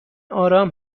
آرام